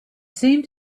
seemed